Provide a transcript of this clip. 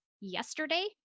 yesterday